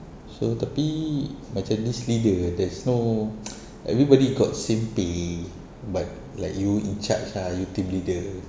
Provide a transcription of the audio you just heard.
so tapi macam this leader there's no everybody got same pay but like you in charge ah you team leader